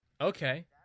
Okay